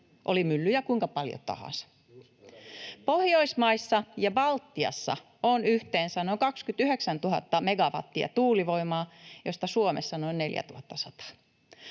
[Jari Ronkainen: Just näin!] Pohjoismaissa ja Baltiassa on yhteensä noin 29 000 megawattia tuulivoimaa, josta Suomessa noin 4 100.